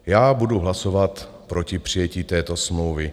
Já budu hlasovat proti přijetí této smlouvy.